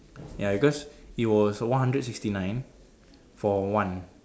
ya because it was one hundred sixty nine for one